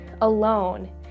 alone